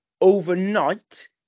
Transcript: overnight